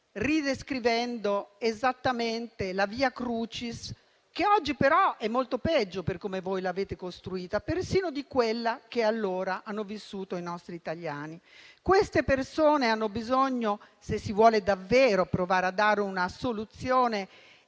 descrivendo esattamente la *via crucis* che oggi, però, è molto peggio, per come voi l'avete costruita, persino di quella che allora hanno vissuto i nostri italiani. Se si vuole davvero provare a dare una soluzione